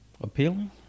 appealing